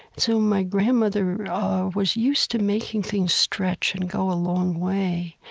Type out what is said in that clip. so my grandmother was used to making things stretch and go a long way.